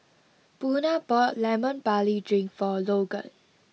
Buna bought Lemon Barley Drink for Logan